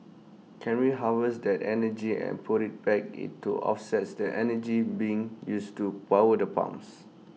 can we harvest that energy and put IT back in to offset the energy being used to power the pumps